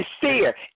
fear